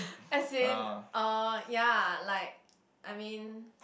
as in uh ya like I mean